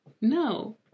No